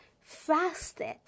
fasted